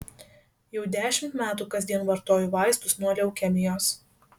jau dešimt metų kasdien vartoju vaistus nuo leukemijos